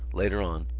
later on,